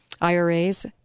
IRAs